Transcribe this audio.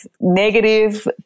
negative